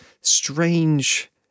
strange